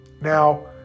Now